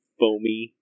foamy